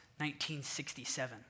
1967